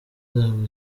zabo